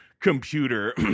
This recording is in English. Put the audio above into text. Computer